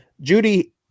Judy